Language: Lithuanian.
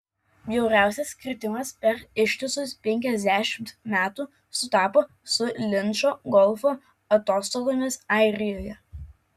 bjauriausias kritimas per ištisus penkiasdešimt metų sutapo su linčo golfo atostogomis airijoje